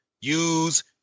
use